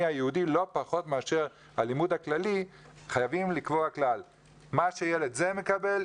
היהודי לא פחות מאשר הלימוד הכללי חייבים לקבוע כלל: מה שילד זה מקבל,